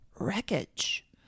wreckage